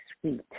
sweet